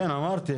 כן, אמרתי.